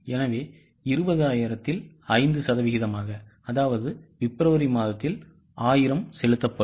எனவே 20000ல் 5 சதவீதமாகஅதாவதுபிப்ரவரிமாதத்தில் 1000 செலுத்தப்படும்